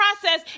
process